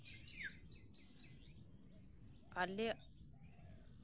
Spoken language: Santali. ᱟᱞᱮ